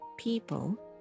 People